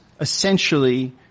essentially